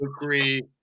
agree